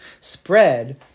spread